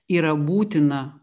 yra būtina